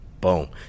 Boom